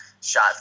shot